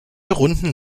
runden